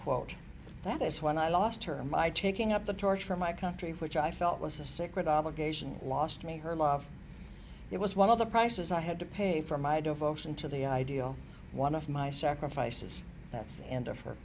quote that is when i lost her my taking up the torch for my country which i felt was a secret obligation lost me her love it was one of the prices i had to pay for my devotion to the ideal one of my sacrifices that's the end of her